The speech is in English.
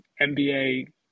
NBA